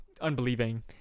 unbelieving